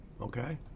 Okay